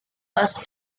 was